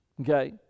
Okay